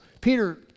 Peter